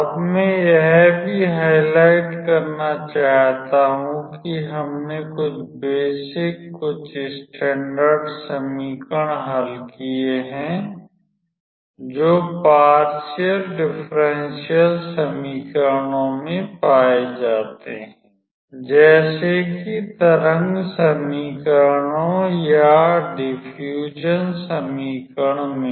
अब मैं यह भी हाइलाइट करना चाहता हूं कि हमने कुछ बेसिक कुछ स्टैंडर्ड समीकरण हल किए हैं जो पर्शियल डिफ़्रेंशियल समीकरणों में पाये जाते हैं जैसे कि तरंग समीकरणों या डिफ्यूजन समीकरण में